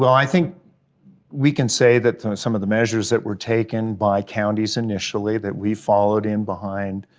i think we can say that some of the measures that were taken by counties initially, that we followed in behind